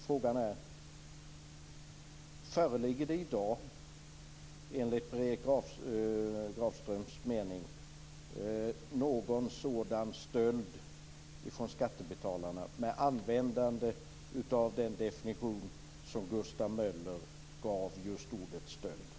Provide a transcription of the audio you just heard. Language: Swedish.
Frågan är: Föreligger det i dag enligt Per Erik Granströms mening någon sådan stöld från skattebetalarna med användande av den definition som Gustav Möller just gav ordet stöld?